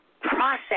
process